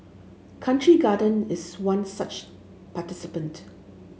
Country Garden is one such participant